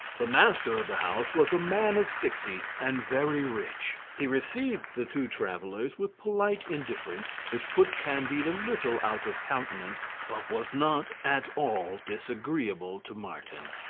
the master of the house was a man of sixty, and very rich. he received the two travellers with polite indifference, which put candide a little out of countenance, but was not at all disagreeable to martin.